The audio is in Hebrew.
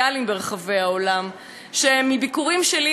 ומביקורים שלי והמקשר השוטף שלי אתם